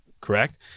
Correct